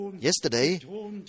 Yesterday